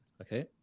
Okay